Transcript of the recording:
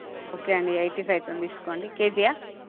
okay అండి eighty five తోనే తీసుకోండి కేజీయా